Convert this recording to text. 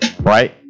right